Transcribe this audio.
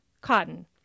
cotton